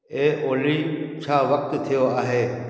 हे ऑली छा वक़्तु थियो आहे